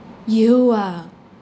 you ah